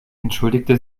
entschuldigte